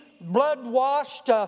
blood-washed